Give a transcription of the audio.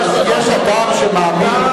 יש אדם שמאמין,